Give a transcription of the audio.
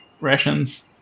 rations